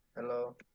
Hello